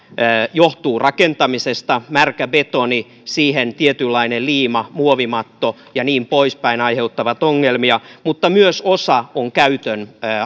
johtuu rakentamisesta märkä betoni siihen tietynlainen liima muovimatto ja niin poispäin aiheuttavat ongelmia mutta osa on myös käytön